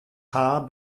haar